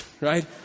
right